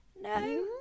no